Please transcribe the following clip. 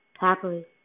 happily